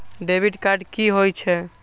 Debit card कि होई छै?